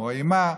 כמו אימה,